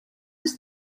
was